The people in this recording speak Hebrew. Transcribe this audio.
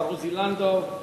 השר עוזי לנדאו.